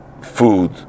food